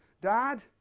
Dad